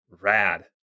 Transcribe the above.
rad